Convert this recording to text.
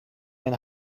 mijn